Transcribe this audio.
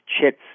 chits